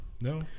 No